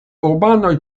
urbanoj